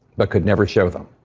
but could never show them?